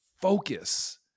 focus